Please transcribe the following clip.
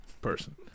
person